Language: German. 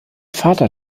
vater